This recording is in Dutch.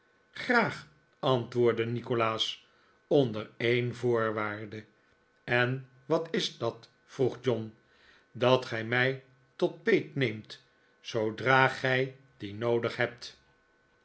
graag antwoordde nikolaas onder een voorwaarde en wat is dat vroeg john dat gij mij tot peet neemt zoodra gij die noodig hebt